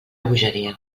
bogeria